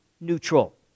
neutral